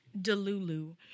Delulu